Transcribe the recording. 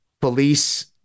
police